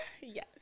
yes